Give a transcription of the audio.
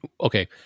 Okay